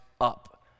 up